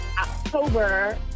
October